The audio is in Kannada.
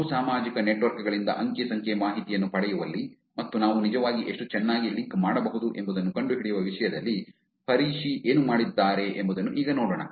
ಬಹು ಸಾಮಾಜಿಕ ನೆಟ್ವರ್ಕ್ ಗಳಿಂದ ಅಂಕಿ ಸಂಖ್ಯೆ ಮಾಹಿತಿಯನ್ನು ಪಡೆಯುವಲ್ಲಿ ಮತ್ತು ನಾವು ನಿಜವಾಗಿ ಎಷ್ಟು ಚೆನ್ನಾಗಿ ಲಿಂಕ್ ಮಾಡಬಹುದು ಎಂಬುದನ್ನು ಕಂಡುಹಿಡಿಯುವ ವಿಷಯದಲ್ಲಿ ಪರಿಶಿ ಏನು ಮಾಡಿದ್ದಾರೆ ಎಂಬುದನ್ನು ಈಗ ನೋಡೋಣ